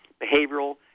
behavioral